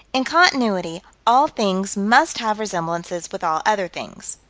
in continuity, all things must have resemblances with all other things.